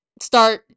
start